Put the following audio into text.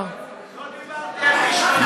לא דיברתי על כישלונות.